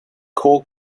also